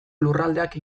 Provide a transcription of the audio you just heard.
lurraldeak